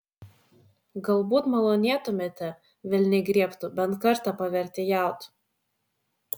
gal malonėtumėte velniai griebtų bent kartą pavertėjaut